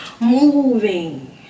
moving